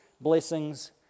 blessings